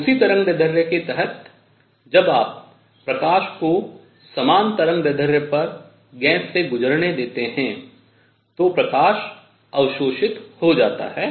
उसी तरंगदैर्ध्य के तहत जब आप प्रकाश को समान तरंगदैर्ध्य पर गैस से गुजरने देते हैं तो प्रकाश अवशोषित हो जाता है